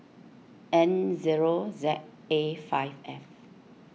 N zero Z A five F